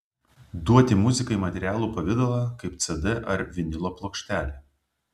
duoti muzikai materialų pavidalą kaip cd ar vinilo plokštelė